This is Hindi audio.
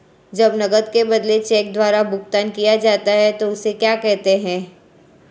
जब नकद के बदले चेक द्वारा भुगतान किया जाता हैं उसे क्या कहते है?